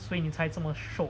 所以你才这么瘦